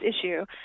issue